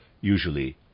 usually